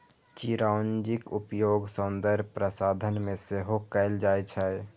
चिरौंजीक उपयोग सौंदर्य प्रसाधन मे सेहो कैल जाइ छै